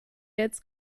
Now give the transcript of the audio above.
jetzt